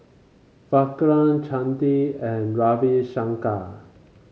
Vikram Chandi and Ravi Shankar